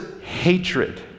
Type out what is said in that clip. hatred